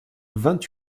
vingt